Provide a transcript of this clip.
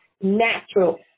Natural